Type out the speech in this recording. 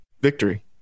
victory